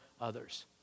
others